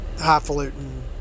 highfalutin